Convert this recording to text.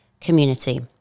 community